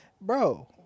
Bro